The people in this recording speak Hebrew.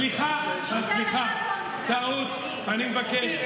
סליחה, סליחה, טעות, אני מבקש.